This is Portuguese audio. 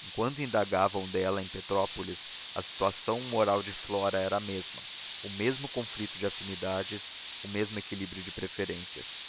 enquanto indagavam dela em petrópolis a situação moral de flora era a mesma o mesmo conflito de afinidades o mesmo equilíbrio de preferências